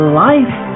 life